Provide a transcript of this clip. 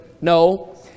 No